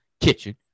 kitchen